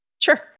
Sure